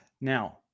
Now